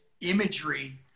imagery